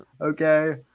Okay